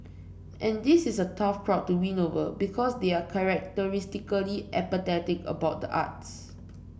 and this is a tough crowd to win over because they are characteristically apathetic about the arts